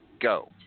go